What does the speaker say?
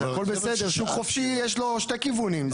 הכול בסדר, שוק חופשי יש לו שני כיוונים.